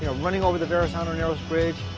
yeah running over the verrazano-narrows bridge.